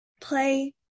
play